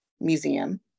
museum